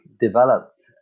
developed